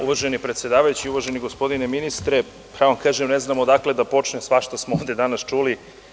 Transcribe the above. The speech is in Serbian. Uvaženi predsedavajući, uvaženi gospodine ministre, ne znam odakle da počnem, svašta smo ovde danas čuli.